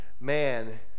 man